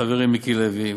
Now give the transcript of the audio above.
חברי מיקי לוי,